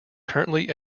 currently